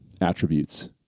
attributes